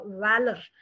valor